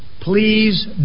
Please